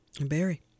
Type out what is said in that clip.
Barry